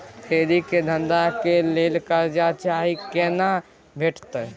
फेरी के धंधा के लेल कर्जा चाही केना भेटतै?